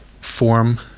form